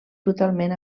brutalment